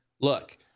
look